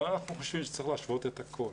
אבל אנחנו חושבים שצריך להשוות את הכל.